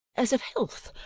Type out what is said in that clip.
as of health,